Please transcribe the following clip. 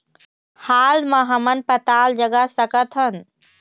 हाल मा हमन पताल जगा सकतहन?